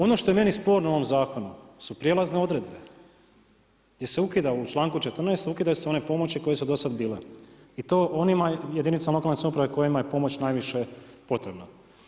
Ono što je meni sporno u ovome zakonu su prijelazne odredbe gdje se u članku 14. ukidaju one pomoći koje su do sad bile i to onima jedinicama lokalne samouprave kojima je pomoć najviše potrebna.